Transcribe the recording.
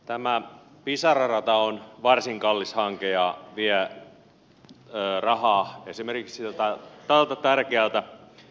tämä pisara rata on varsin kallis hanke ja vie rahaa esimerkiksi tältä tärkeältä perusväylänpidolta